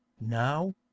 now